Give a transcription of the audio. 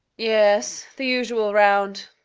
yes, the usual round,